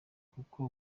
kuko